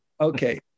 Okay